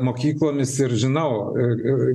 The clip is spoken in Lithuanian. mokyklomis ir žinau ir